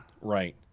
Right